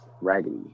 raggedy